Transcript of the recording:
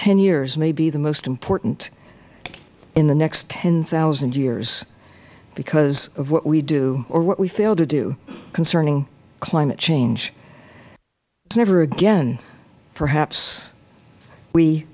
ten years may be the most important in the next ten zero years because of what we do or what we fail to do concerning climate change never again perhaps we